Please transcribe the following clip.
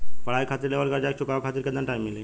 पढ़ाई खातिर लेवल कर्जा के चुकावे खातिर केतना टाइम मिली?